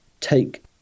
take